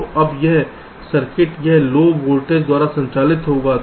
तो अब यह सर्किट इस लो वोल्टेज द्वारा संचालित होगा